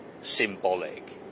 symbolic